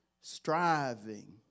striving